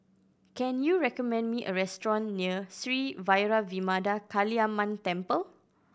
can you recommend me a restaurant near Sri Vairavimada Kaliamman Temple